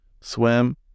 Swim